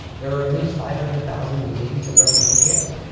there are at least five hundred thousand yazidis in refugee camps.